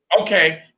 okay